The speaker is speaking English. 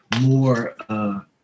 more